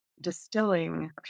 distilling